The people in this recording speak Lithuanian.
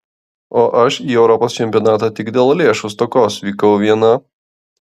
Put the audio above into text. o aš į europos čempionatą tik dėl lėšų stokos vykau viena